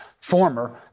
Former